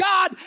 God